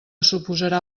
suposarà